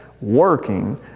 working